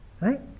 Right